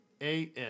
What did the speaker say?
A-N